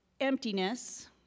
emptiness